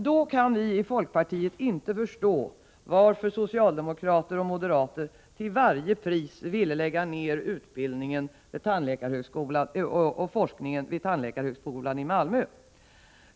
Då kan vi i folkpartiet inte förstå varför socialdemokrater och moderater till varje pris ville lägga ned utbildningen och forskningen vid tandläkarhögskolan i Malmö.